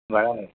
બરાબર